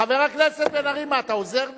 אחמד טיבי, חבר הכנסת בן-ארי, מה, אתה עוזר לי?